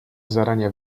zarania